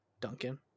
Duncan